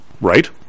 Right